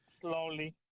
slowly